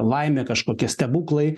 laimė kažkokie stebuklai